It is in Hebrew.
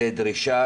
זו דרישה,